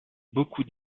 beaucoup